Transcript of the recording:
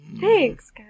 Thanks